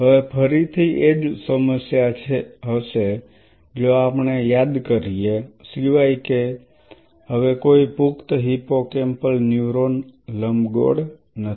હવે ફરી થી એ જ સમસ્યા હશે જો આપણે યાદ કરીએ સિવાય કે હવે કોઈ પુખ્ત હિપ્પોકેમ્પલ ન્યુરોન લંબગોળ નથી